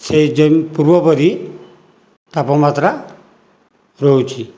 ସେହି ଯେମିତି ପୂର୍ବପରି ତାପମାତ୍ରା ରହୁଛି